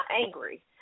angry